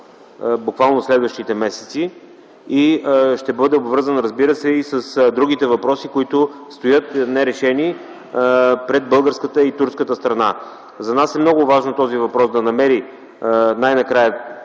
буквално следващите месеци, и ще бъде обвързан, разбира се, и с другите въпроси, които стоят не решени пред българската и турската страна. За нас е много важно този въпрос да намери най-накрая